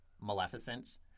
Maleficent